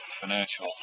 financial